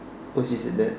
okay she said that